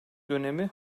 dönemi